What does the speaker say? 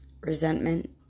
resentment